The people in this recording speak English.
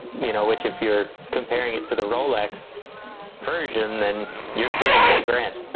you know which if you're comparing it to the rolex version, then you're saving ten grand! but